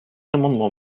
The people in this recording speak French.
amendement